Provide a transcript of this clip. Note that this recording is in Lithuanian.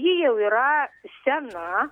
ji jau yra sena